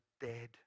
dead